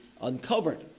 uncovered